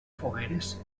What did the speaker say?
fogueres